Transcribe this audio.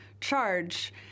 charge